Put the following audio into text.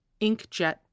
inkjet